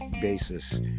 basis